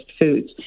foods